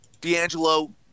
D'Angelo